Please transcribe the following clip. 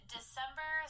December